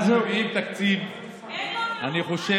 אין לו נאום.